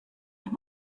ihm